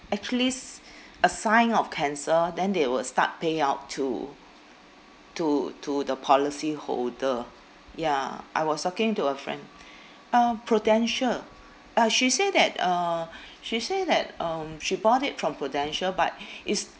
actually's s~ a sign of cancer then they will start pay out to to to the policyholder ya I was talking to a friend uh prudential uh she say that uh she say that um she bought it from prudential but it's